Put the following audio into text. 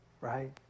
Right